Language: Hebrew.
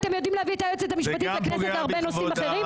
אתם יודעים להביא את היועצת המשפטית לכנסת להרבה נושאים אחרים,